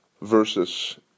versus